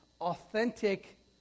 authentic